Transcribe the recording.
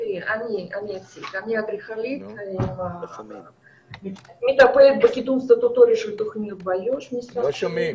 אני אדריכלית שמטפלת בקידום סטטוטורי של תוכניות באיו"ש כמה שנים.